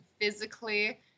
physically